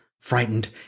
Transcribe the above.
Frightened